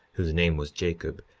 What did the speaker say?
whose name was jacob,